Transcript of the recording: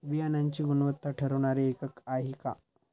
बियाणांची गुणवत्ता ठरवणारे एकक आहे का?